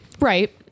Right